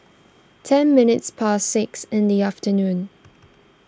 ten minutes past six in the afternoon